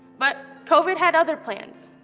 but covid had other plans.